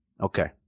Okay